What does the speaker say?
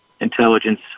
intelligence